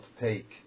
take